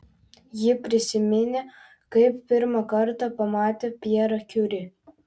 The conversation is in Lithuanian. ji prisiminė kaip pirmą kartą pamatė pjerą kiuri